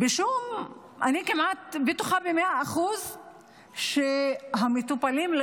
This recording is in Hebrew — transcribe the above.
אני בטוחה כמעט במאה אחוז שהמטופלים לא